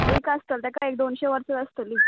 एक आसतलो तेका एक दोनशें वर्सा आसतलीं